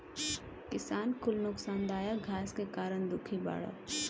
किसान कुल नोकसानदायक घास के कारण दुखी बाड़